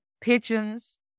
pigeons